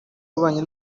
w’ububanyi